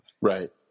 Right